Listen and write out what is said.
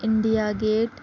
India gate